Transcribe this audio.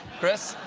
chris,